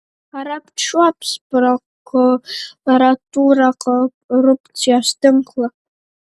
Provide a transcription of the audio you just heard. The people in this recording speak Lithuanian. ar apčiuops prokuratūra korupcijos tinklą